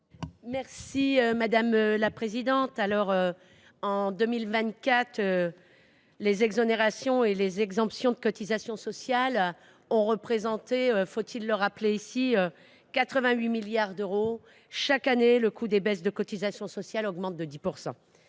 Poly, sur l’article. En 2024, les exonérations et les exemptions de cotisations sociales ont représenté – faut il le rappeler ?– 88 milliards d’euros. Chaque année, le coût des baisses de cotisations sociales augmente de 10 %.